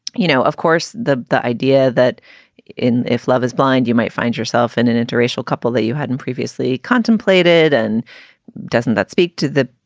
you know, of course, the the idea that if love is blind, you might find yourself in an interracial couple that you hadn't previously contemplated. and doesn't that speak to the,